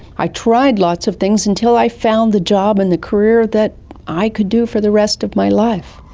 i tried lots of things until i found the job and the career that i could do for the rest of my life.